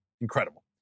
incredible